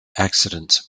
accidents